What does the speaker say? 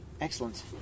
Excellent